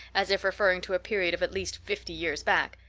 as if referring to a period of at least fifty years back.